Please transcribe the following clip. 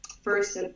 first